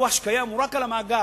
הוויכוח שקיים הוא רק על המאגר,